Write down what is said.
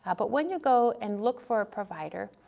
ah but when you go and look for a provider,